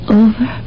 over